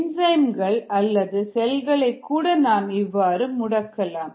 என்சைம்கள் அல்லாது செல்களை கூட நாம் இவ்வாறு முடக்கலாம்